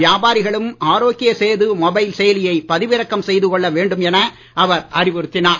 வியாபாரிகளும் ஆரோக்ய சேது மொபைல் செயலியை பதிவிறக்கம் செய்து கொள்ள வேண்டும் என அவர் அறிவுறுத்தினார்